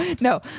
No